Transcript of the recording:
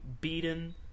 beaten